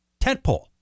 tentpole